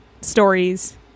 stories